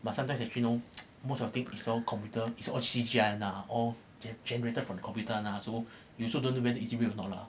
but sometimes actually you know most of thing is all computer is all C_G_I lah all generated from the computer [one] lah so you also don't know whether it's real or not lah